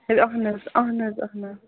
hello اَہن حظ اَہن حظ اَہن حظ